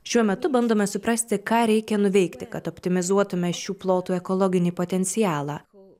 šiuo metu bandome suprasti ką reikia nuveikti kad optimizuotume šių plotų ekologinį potencialą